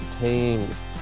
teams